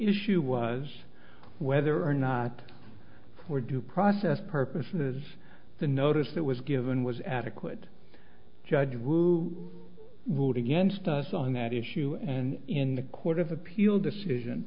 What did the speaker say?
issue was whether or not for due process purposes the notice that was given was adequate judge move move against us on that issue and in the court of appeal decision